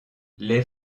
les